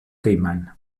caiman